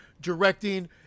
directing